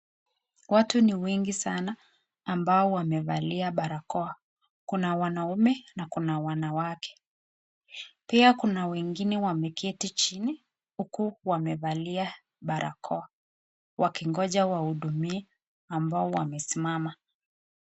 Watu ni wengi sana ambao wamevalia barakoa, kuna wanaume na kuna wanawake, pia kuna wengine wameketi chini huku wamevalia barakoa wakingoja wahudumie ambao wamesimama.